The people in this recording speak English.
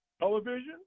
Television